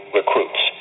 recruits